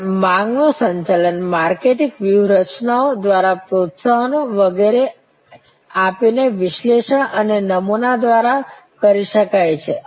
અને માંગનું સંચાલન માર્કેટિંગ વ્યૂહરચનાઓ દ્વારા પ્રોત્સાહનો વગેરે આપીને વિશ્લેષણ અને નમૂના દ્વારા કરી શકાય છે